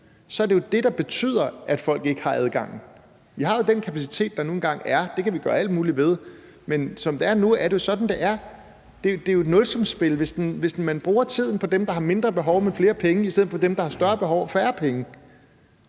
så er det jo det, der betyder, at folk ikke har adgangen. Vi har den kapacitet, der nu engang er. Det kan vi gøre alt muligt ved, men som det er nu, er det jo sådan, det er. Det er et nulsumsspil. Man bruger tiden på dem, der har mindre behov, men flere penge, i stedet for dem, der har større behov og færre penge.